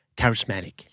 charismatic